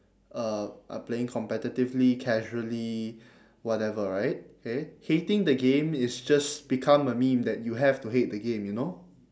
uh are playing competitively casually whatever right okay hating the game has just become a meme that you have to hate the game you know